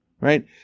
right